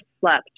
slept